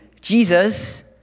Jesus